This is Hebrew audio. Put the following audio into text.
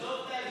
עזוב את האיחור,